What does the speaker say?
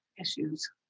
issues